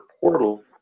portal